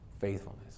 faithfulness